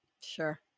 Sure